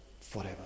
forever